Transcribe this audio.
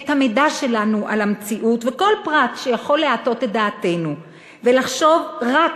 את המידע שלנו על המציאות וכל פרט שיכול להטות את דעתנו ולחשוב רק